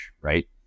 right